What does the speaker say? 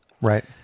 Right